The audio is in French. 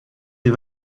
des